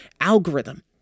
algorithm